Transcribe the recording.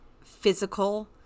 physical